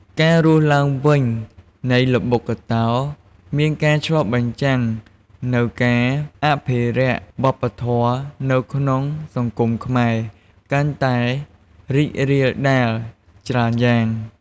ការរស់ឡើងវិញនៃល្បុក្កតោមានការឆ្លុះបញ្ចាំងនូវការអភិរក្សវប្បធម៌នៅក្នុងសង្គមខ្មែរកាន់តែរីករាលដាលច្រើនយ៉ាង។